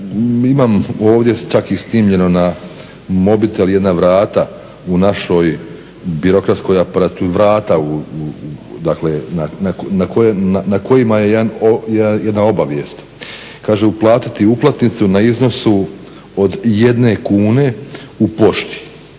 imam ovdje čak i snimljeno na mobitel jedna vrata u našoj birokratskoj, vrata na kojima je jedna obavijest, kaže: "Uplatiti uplatnicu na iznosu od 1 kune u pošti.